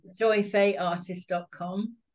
joyfayartist.com